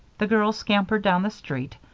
the girls scampered down the street.